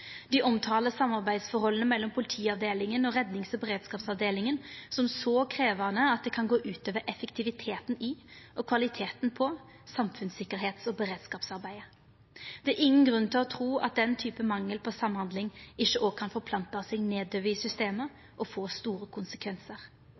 Dei omtaler samarbeidsforholdet mellom politiavdelinga og rednings- og beredskapsavdelinga som så krevjande at det kan gå ut over effektiviteten i og kvaliteten på samfunnstryggleiks- og beredskapsarbeidet. Det er ingen grunn til å tru at den typen mangel på samhandling ikkje òg kan forplanta seg nedover i systemet